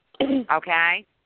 Okay